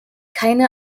keine